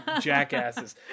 jackasses